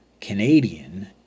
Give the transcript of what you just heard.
Canadian